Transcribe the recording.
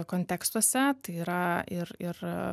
kontekstuose tai yra ir ir